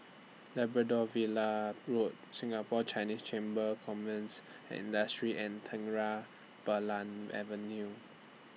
Labrador Villa Road Singapore Chinese Chamber Commerce and Industry and Terang Bulan Avenue